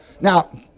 Now